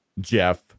Jeff